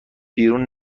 بیرون